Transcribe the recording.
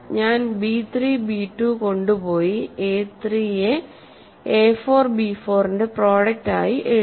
ഞാൻ B 3 B 2 കൊണ്ട് പോയി എ 3 യെ എ 4 ബി 4 ന്റെ പ്രോഡക്ട് ആയി എഴുതി